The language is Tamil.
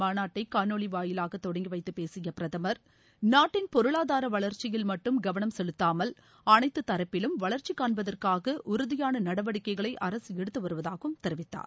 மாநாட்டைகாணொலிவாயிலாகதொடங்கிவைத்துபேசியபிரதுர் ப்புகர்வதேசமுதலீட்டாளர்கள் நாட்டின் பொருளாதாரவளர்ச்சியில் மட்டும் கவனம் செலுத்தாமல் அனைத்துதரப்பிலும் வளர்ச்சிகாண்பதற்காகஉறுதியானநடவடிக்கைகளைஅரசுஎடுத்துவருவதாகவும் தெரிவித்தார்